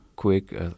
quick